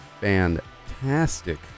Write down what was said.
fantastic